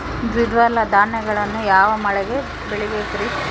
ದ್ವಿದಳ ಧಾನ್ಯಗಳನ್ನು ಯಾವ ಮಳೆಗೆ ಬೆಳಿಬೇಕ್ರಿ?